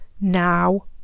now